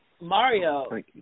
Mario